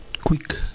quick